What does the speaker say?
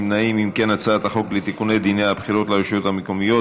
להעביר את הצעת חוק לתיקון דיני הבחירות לרשויות המקומיות,